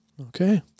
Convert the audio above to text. Okay